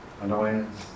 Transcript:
annoyance